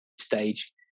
stage